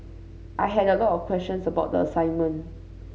I had a lot of questions about the assignment